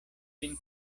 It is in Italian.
fin